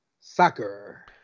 soccer